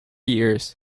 years